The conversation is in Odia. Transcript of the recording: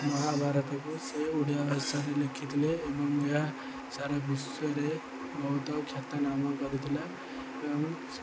ମହାଭାରତକୁ ସେ ଓଡ଼ିଆ ଭାଷାରେ ଲେଖିଥିଲେ ଏବଂ ଏହା ସାରା ବିଶ୍ୱରେ ବହୁତ ଖ୍ୟାତ ନାମ କରିଥିଲା ଏବଂ